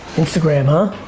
instagram, huh?